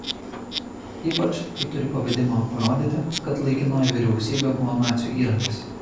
ypač kai turi pavedimą parodyti kad laikinoji vyriausybė buvo nacių įrankis